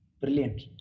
Brilliant